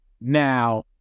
now